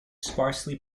sparsely